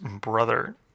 brother